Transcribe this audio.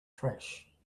trash